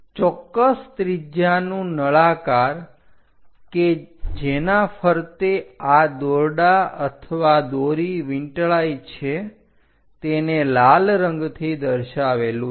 ચોક્કસ ત્રિજ્યાનું નળાકાર કે જેના ફરતે આ દોરડા અથવા દોરી વીંટળાય છે તેને લાલ રંગથી દર્શાવેલું છે